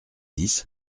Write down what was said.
dix